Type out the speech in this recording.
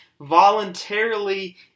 voluntarily